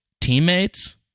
teammates